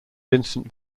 vincent